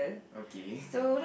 okay